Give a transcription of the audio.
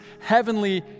heavenly